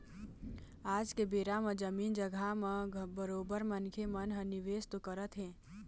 आज के बेरा म जमीन जघा म बरोबर मनखे मन ह निवेश तो करत हें